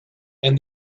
and